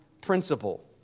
principle